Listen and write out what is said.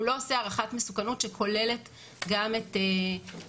הוא לא עושה הערכת מסוכנות שכוללת גם את המוגן,